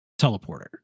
teleporter